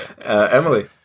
Emily